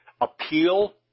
appeal